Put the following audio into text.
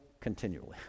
continually